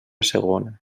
segona